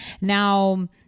Now